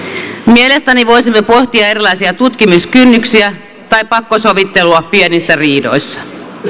mielestäni voisimme pohtia erilaisia tutkimiskynnyksiä tai pakkosovittelua pienissä riidoissa